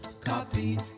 copy